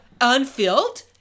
unfilled